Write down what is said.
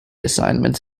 assignments